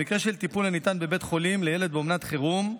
במקרה של טיפול הניתן בבית חולים לילד באומנת חירום,